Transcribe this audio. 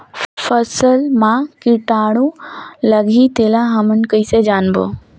फसल मा कीटाणु लगही तेला हमन कइसे जानबो?